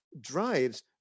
drives